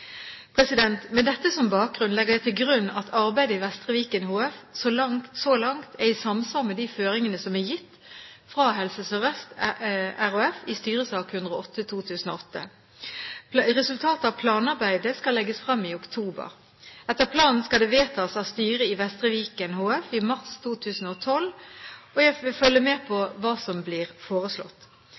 Med dette som bakgrunn legger jeg til grunn at arbeidet i Vestre Viken HF så langt er i samsvar med de føringene som er gitt fra Helse Sør-Øst RHF i styresak 108/2008. Resultatet av planarbeidet skal legges frem i oktober. Etter planen skal det vedtas av styret i Vestre Viken HF i mars 2012, og jeg vil følge med på hva som blir foreslått.